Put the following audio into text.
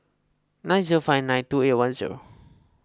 nine zero five nine two eight one zero